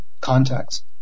contacts